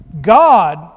God